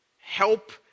help